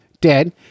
dead